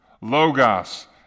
Logos